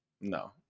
No